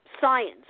science